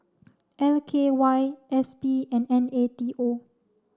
L K Y S P and N A T O